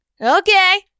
Okay